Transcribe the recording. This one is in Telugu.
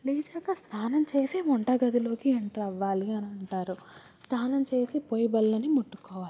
లేచాక స్నానం చేసే వంట గదిలోకి ఎంటర్ అవ్వాలి అని అంటారు స్నానం చేసి పొయ్యి బళ్ళను ముట్టుకోవాలి